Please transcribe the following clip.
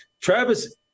Travis